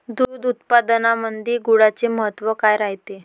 दूध उत्पादनामंदी गुळाचे महत्व काय रायते?